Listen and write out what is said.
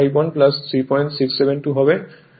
এটি সারাদিনের মোট আউটপুট হবে